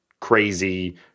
crazy